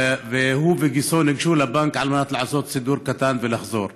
והוא וגיסו ניגשו לבנק על מנת לעשות סידור קטן ולחזור.